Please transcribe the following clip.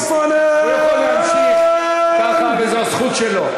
הוא יכול להמשיך ככה, זו הזכות שלו.